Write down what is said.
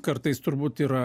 kartais turbūt yra